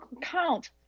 count